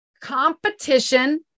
competition